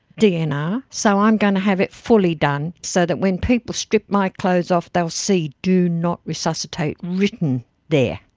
dnr. so i'm going to have it fully done, so that when people strip my clothes off they'll see do not resuscitate written there,